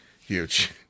Huge